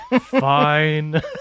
Fine